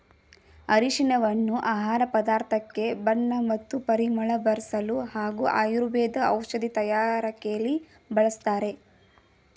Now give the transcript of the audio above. ಅರಿಶಿನವನ್ನು ಆಹಾರ ಪದಾರ್ಥಕ್ಕೆ ಬಣ್ಣ ಮತ್ತು ಪರಿಮಳ ಬರ್ಸಲು ಹಾಗೂ ಆಯುರ್ವೇದ ಔಷಧಿ ತಯಾರಕೆಲಿ ಬಳಸ್ತಾರೆ